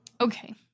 Okay